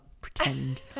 pretend